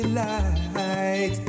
light